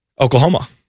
Oklahoma